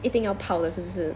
一定要泡的是不是